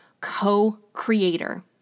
co-creator